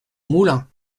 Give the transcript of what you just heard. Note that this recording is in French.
moulins